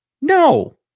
No